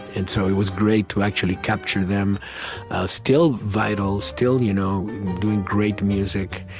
and so it was great to actually capture them still vital, still you know doing great music.